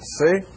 see